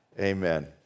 Amen